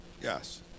Yes